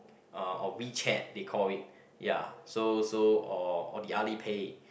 uh or WeChat they call it ya so so or or the Alipay